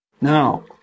Now